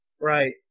Right